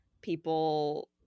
people